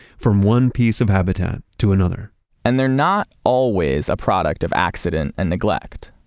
from one piece of habitat to another and they're not always a product of accident and neglect.